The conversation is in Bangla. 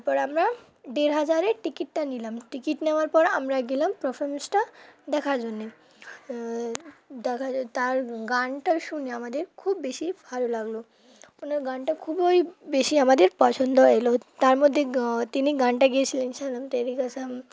তারপর আমরা দেড় হাজারের টিকিটটা নিলাম টিকিট নেওয়ার পর আমরা গেলাম পারফরমেন্সটা দেখার জন্যে দেখা তার গানটা শুনে আমাদের খুব বেশি ভালো লাগলো ওনার গানটা খুবই বেশি আমাদের পছন্দ এলো তার মধ্যে তিনি গানটা গিয়েছিলেন সনম তেরি কসম